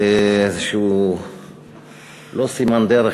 איזשהו לא סימן דרך,